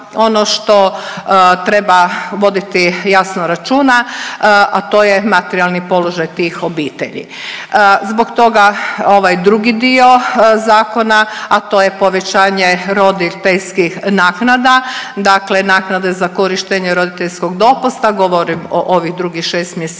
ono što treba voditi jasno računa, a to je materijalni položaj tih obitelji. Zbog toga ovaj drugi dio zakona, a to je povećanje roditeljskih naknada dakle naknade za korištenje roditeljskog dopusta, govorim o ovih drugih 6 mjeseci